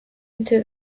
into